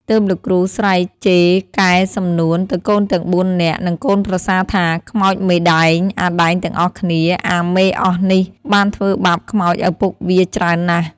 ទើបលោកគ្រូស្រែកជេរកែសំនួនទៅកូនទាំង ៤ នាក់ និងកូនប្រសាថា “ខ្មោចមេដែង អាដែងទាំងអស់គ្នា អាមេអស់នេះ បានធ្វើបាបខ្មោចឪពុកវាច្រើនណាស់។